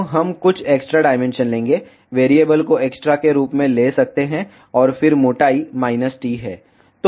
तो हम कुछ एक्स्ट्रा डायमेंशन लेंगे वेरिएबल को एक्स्ट्रा के रूप में ले सकते हैं और फिर मोटाई माइनस t है